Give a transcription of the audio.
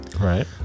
right